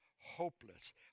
hopeless